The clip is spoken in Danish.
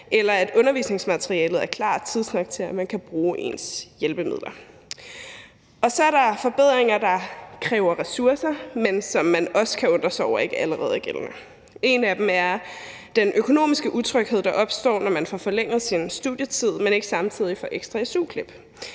eller at undervisningsmaterialet er klart tidsnok til, at man kan bruge ens hjælpemidler. Så er der forbedringer, der kræver ressourcer, men som man også kan undre sig over ikke allerede er gældende. En af dem er, at den økonomiske utryghed, der opstår, når man får forlænget sin studietid, men ikke samtidig får ekstra su-klip.